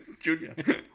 Junior